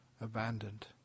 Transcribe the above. abandoned